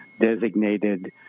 designated